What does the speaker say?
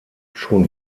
schon